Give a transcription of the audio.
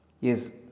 Yes